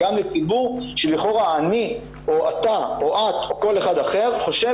גם לציבור שלכאורה אני או אתה או את או כל אחד אחר חושב